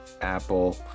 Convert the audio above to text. Apple